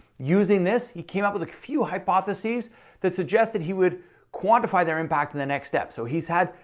using this, he came up with like a few hypothesis that suggested he would quantify their impact in the next step. so he's had,